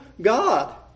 God